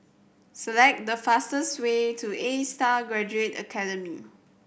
select the fastest way to Astar Graduate Academy